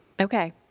Okay